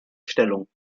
stellung